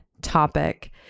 topic